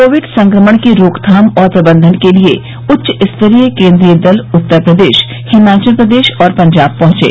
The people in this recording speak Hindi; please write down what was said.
कोविड संक्रमण की रोकथाम और प्रबंधन के लिए उच्चस्तरीय केंद्रीय दल उत्तर प्रदेश हिमाचल प्रदेश और पंजाब पहुंचे